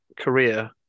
career